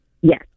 Yes